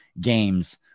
games